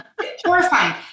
Horrifying